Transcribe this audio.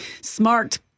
smart